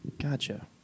Gotcha